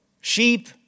Sheep